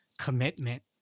commitment